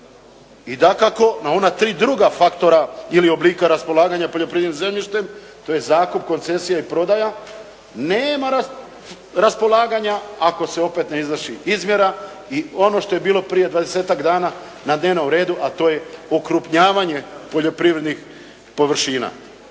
I dakako na ona tri druga faktora ili oblika raspolaganja poljoprivrednim zemljištem, to je zakup, koncesija i prodaja. Nema raspolaganja ako se opet ne izvrši izmjera i ono što je bilo prije 20-tak dana na dnevnom redu a to je okrupnjavanje poljoprivrednih površina.-